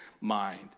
mind